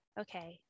okay